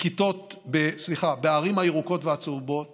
מוסדות החינוך בערים הירוקות והצהובות